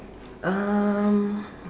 um